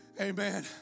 Amen